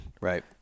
Right